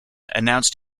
announced